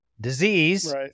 disease